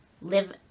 live